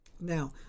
Now